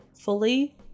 fully